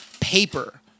paper